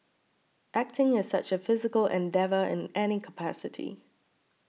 acting is such a physical endeavour in any capacity